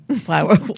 flower